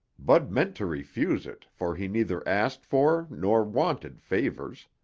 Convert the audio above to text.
bud meant to refuse it, for he neither asked for nor wanted favors.